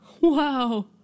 Wow